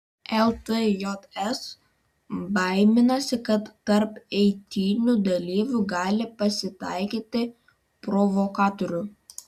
ltjs baiminasi kad tarp eitynių dalyvių gali pasitaikyti provokatorių